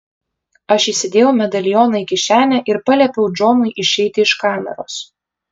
aš įsidėjau medalioną į kišenę ir paliepiau džonui išeiti iš kameros